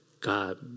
God